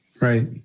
Right